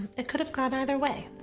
it could have gone either way.